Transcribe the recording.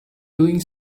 doing